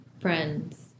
friends